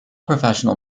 professional